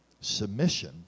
submission